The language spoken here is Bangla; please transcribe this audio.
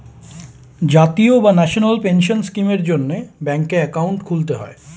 জাতীয় বা ন্যাশনাল পেনশন স্কিমের জন্যে ব্যাঙ্কে অ্যাকাউন্ট খুলতে হয়